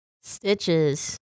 Stitches